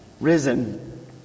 risen